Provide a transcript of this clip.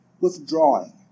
withdrawing